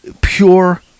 pure